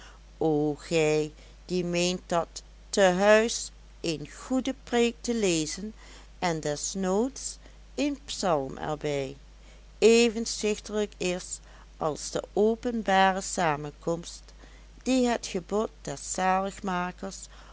o gij die meent dat tehuis een goede preek te lezen en des noods een psalm er bij even stichtelijk is als de openbare samenkomst die het gebod des